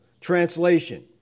translation